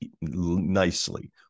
Nicely